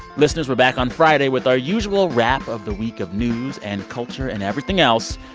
listeners, we're back on friday with our usual wrap of the week of news and culture and everything else.